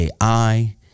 AI